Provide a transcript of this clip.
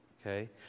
okay